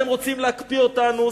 אתם רוצים להקפיא אותנו.